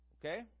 Okay